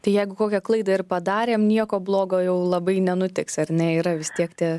tai jeigu kokią klaidą ir padarėm nieko blogo jau labai nenutiks ar ne yra vis tiek tie